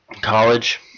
college